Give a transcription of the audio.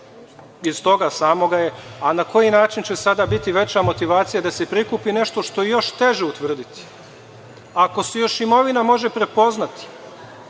iz toga samoga je na koji način će sada biti veća motivacija da se prikupi nešto što je još teže utvrditi? Ako se još imovina može prepoznati,